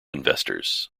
investors